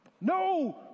No